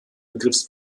begriffs